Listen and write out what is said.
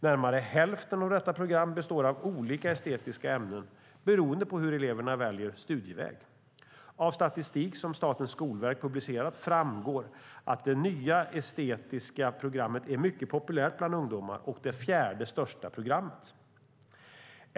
Närmare hälften av detta program består av olika estetiska ämnen beroende på hur eleverna väljer studieväg. Av statistik som Statens skolverk publicerat framgår att det nya estetiska programmet är mycket populärt bland ungdomar och det fjärde största programmet.